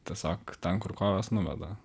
tiesiog ten kur kojos nuveda